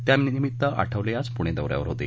त्यानिमित्त आठवले आज पुणे दौऱ्यावर होते